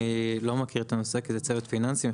אני לא מכיר את הנושא, כי זה צוות פיננסים.